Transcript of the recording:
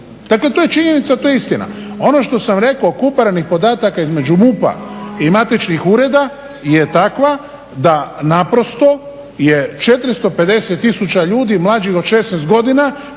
snazi. To je činjenica, to je istina. Ono što sam rekao … podataka između MUP-a i matičnih ureda je takva da je 450 tisuća ljudi mlađih od 16 godina